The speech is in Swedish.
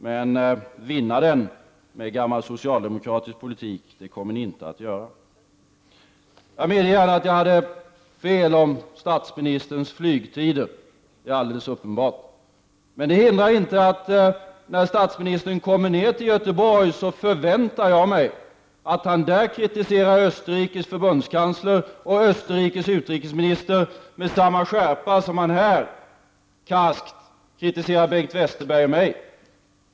Men vinna den med gammal socialdemokratisk politik, det kommer ni inte att göra. Jag medger att jag hade fel när det gäller statsministerns flygtider. Det är alldeles uppenbart. Men det hindrar inte att när statsministern kommer ner till Göteborg, förväntar jag mig att han där kritiserar Österrikes förbundskansler och Österrikes utrikesminister med samma skärpa som han här karskt kritiserar Bengt Westerberg och mig.